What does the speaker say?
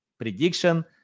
prediction